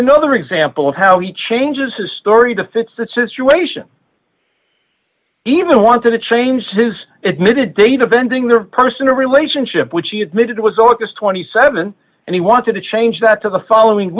another example of how he changes his story to fit that situation even wanted to change his admitted data venting their personal relationship which he admitted it was august twenty seven and he wanted to change that to the following